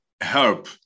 help